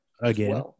Again